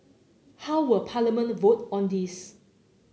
how will Parliament vote on this